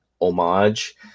homage